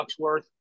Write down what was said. Ducksworth